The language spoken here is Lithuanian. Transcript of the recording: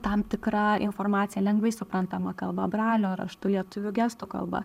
tam tikra informacija lengvai suprantama kalba brailio raštu lietuvių gestų kalba